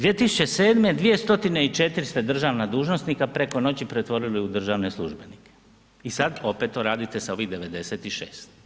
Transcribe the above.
2007. 204 ste državna dužnosnika preko noći pretvorili u državne službenike i sad opet to radite s ovih 96.